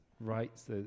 rights